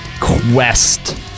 quest